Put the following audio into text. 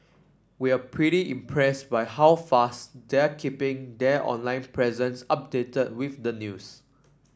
we're pretty impressed by how fast they're keeping their online presence updated with the news